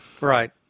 Right